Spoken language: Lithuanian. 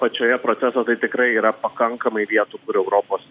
pačioje proceso tai tikrai yra pakankamai vietų kur europos